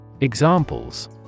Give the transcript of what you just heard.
Examples